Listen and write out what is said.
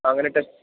അങ്ങനെ ടെസ്റ്റ്